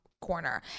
corner